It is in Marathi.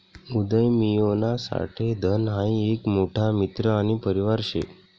उदयमियोना साठे धन हाई एक मोठा मित्र आणि परिवार शे